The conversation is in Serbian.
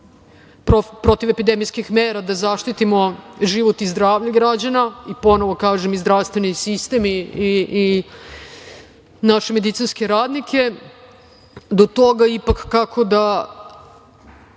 protivepidemijskih mera da zaštitimo životi zdravlje građana i, ponovo kažem, zdravstveni sistem i naše medicinske radnike, do toga kako da